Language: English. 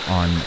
on